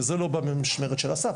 וזה לא בא במשמרת של אסף,